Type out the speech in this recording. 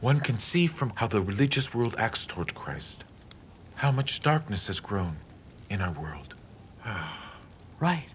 one can see from how the religious world acts toward christ how much darkness is growing in our world right